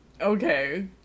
Okay